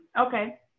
Okay